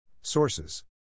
Sources